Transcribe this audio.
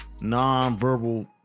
non-verbal